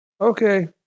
Okay